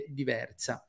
diversa